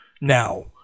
now